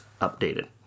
updated